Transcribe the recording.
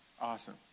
Awesome